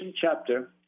chapter